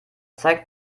zeigt